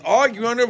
arguing